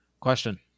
Question